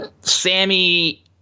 sammy